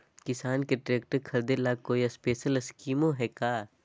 किसान के ट्रैक्टर खरीदे ला कोई स्पेशल स्कीमो हइ का?